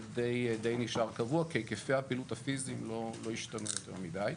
זה די נשאר קבוע כי היקפי הפעילות הפיזיים לא השתנו יותר מידי.